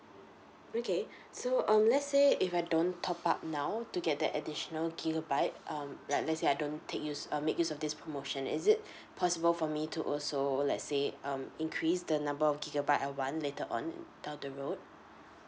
okay so um let's say if I don't top up now to get the additional gigabyte um like let say I don't take use uh make use of this promotion is it possible for me to also let's say um increase the number of gigabyte I want later on down the road